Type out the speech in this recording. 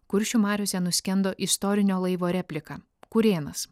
kuršių mariose nuskendo istorinio laivo replika kurėnas